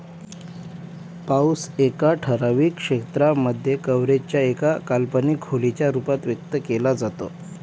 पाऊस एका ठराविक वेळ क्षेत्रांमध्ये, कव्हरेज च्या एका काल्पनिक खोलीच्या रूपात व्यक्त केला जातो